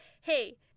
hey